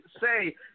say